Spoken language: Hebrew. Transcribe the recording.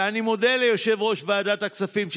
ואני מודה ליושב-ראש ועדת הכספים,